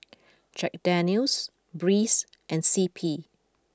Jack Daniel's Breeze and C P